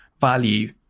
value